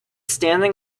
standing